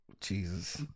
Jesus